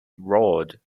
road